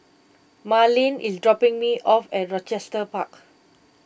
Marleen is dropping me off at Rochester Park